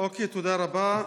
תודה רבה.